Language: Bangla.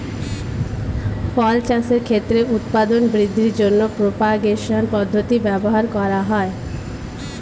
ফল চাষের ক্ষেত্রে উৎপাদন বৃদ্ধির জন্য প্রপাগেশন পদ্ধতি ব্যবহার করা হয়